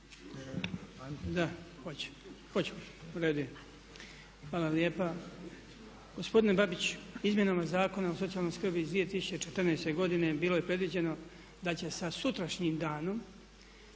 **Marić, Goran (HDZ)** Hvala lijepa. Gospodine Babić izmjenama Zakona o socijalnoj skrbi iz 2014. godine bilo je predviđeno da će sa sutrašnjim danom